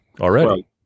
already